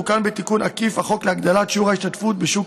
תוקן בתיקון עקיף החוק להגדלת שיעור ההשתתפות בשוק